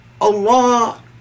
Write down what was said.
Allah